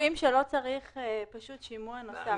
אנחנו סבורים פשוט שלא צריך שימוע נוסף.